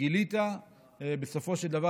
שגילית בסופו של דבר.